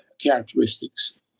characteristics